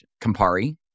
Campari